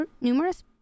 numerous